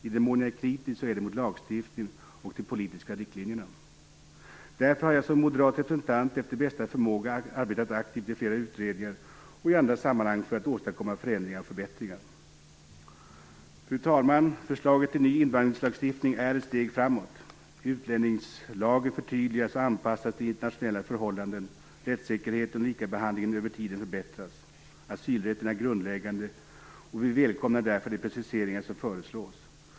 I den mån jag är kritisk så är det mot lagstiftningen och de politiska riktlinjerna. Därför har jag som moderat representant efter bästa förmåga arbetat aktivt i flera utredningar och i andra sammanhang för att åstadkomma förändringar och förbättringar. Fru talman! Förslaget till ny invandringslagstiftning är ett steg framåt. Utlänningslagen förtydligas och anpassas till internationella förhållanden. Rättssäkerheten och likabehandlingen över tiden förbättras. Asylrätten är grundläggande, och vi välkomnar därför de preciseringar som föreslås.